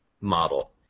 model